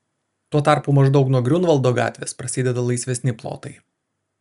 tuo tarpu maždaug nuo griunvaldo gatvės prasideda laisvesni plotai